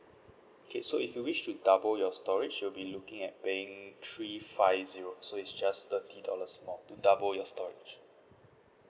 okay so if you wish to double your storage you will be looking at paying three five zero so it's just thirty dollars more to double your storage